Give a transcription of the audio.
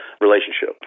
relationship